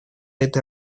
этой